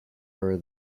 her